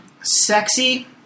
Sexy